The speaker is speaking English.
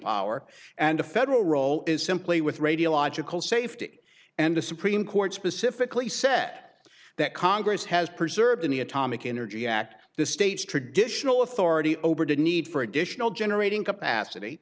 power and the federal role is simply with radiological safety and a supreme court specifically set that congress has preserved in the atomic energy at the state's traditional authority over to need for additional generating capacity